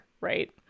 right